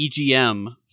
EGM